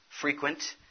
frequent